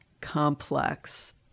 complex